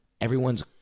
Everyone's